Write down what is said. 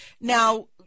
Now